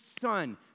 son